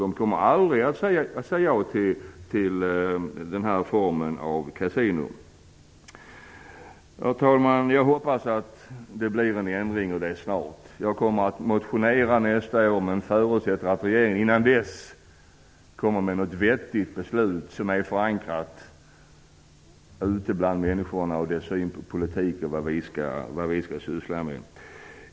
De kommer aldrig att säga ja till denna form av kasino. Herr talman! Jag hoppas att det blir en ändring och det snart. Jag kommer att motionera nästa år men förutsätter att regeringen innan dess kommer med något vettigt beslut som är förankrat ute bland människor och stämmer med deras syn på vad vi politiker skall syssla med.